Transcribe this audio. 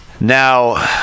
Now